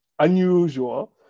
unusual